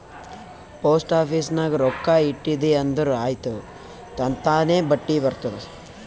post office ನಾಗ್ ರೊಕ್ಕಾ ಇಟ್ಟಿದಿ ಅಂದುರ್ ಆಯ್ತ್ ತನ್ತಾನೇ ಬಡ್ಡಿ ಬರ್ತುದ್